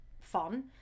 fun